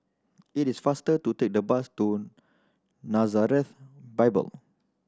it is faster to take the bus to Nazareth Bible